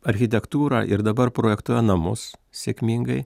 architektūrą ir dabar projektuoja namus sėkmingai